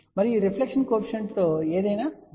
మరియు ఈ reflection coefficient తో ఏదైనా మారుతుంది